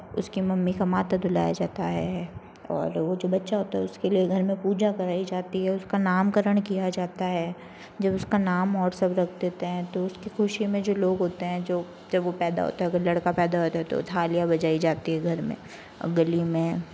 उसकी मम्मी का माथा धुलाया जाता है और वो जो बच्चा होता है उसके लिए घर में पूजा कराई जाती है उसका नामकरण किया जाता है जब उसका नाम और सब रख देते हैं तो उसकी खुशी में जो लोग होते हैं जो जब वो पैदा होता है अगर लड़का पैदा होता है तो थालियाँ बजाई जाती हैं घर में गली में